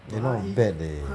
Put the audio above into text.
then not bad eh